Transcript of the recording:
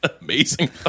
amazing